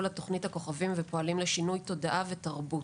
לתוכנית הכוכבים ופועלים לשינוי תודעה ותרבות.